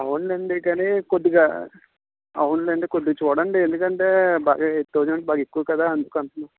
అవును లేండి కానీ కొద్దిగా అవునులేండి కొద్దిగా చూడండి ఎందుకంటే బాగా ఎయిట్ థౌసండ్ బాగా ఎక్కువ కదా అందుకంటున్నా